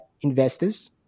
investors